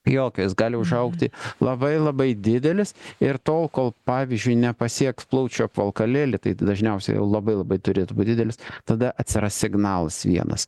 jokio jis gali užaugti labai labai didelis ir tol kol pavyzdžiui nepasieks plaučių apvalkalėlį tai dažniausiai labai labai turėtų būt didelis tada atsiras signalas vienas